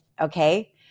okay